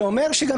שאומר שגם